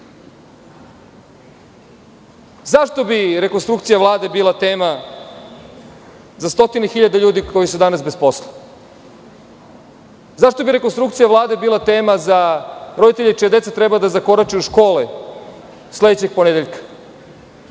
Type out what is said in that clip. bi rekonstrukcija Vlade bila tema za stotine hiljada ljudi koji su danas bez posla? Zašto bi rekonstrukcija Vlade bila tema za roditelje čija deca treba da zakorače u škole sledećeg ponedeljka?